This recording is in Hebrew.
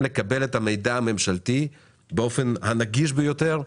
לקבל את המידע הממשלתי באופן הנגיש ביותר,